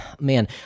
Man